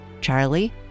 Charlie